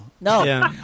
No